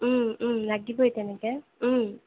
লাগিবই তেনেকে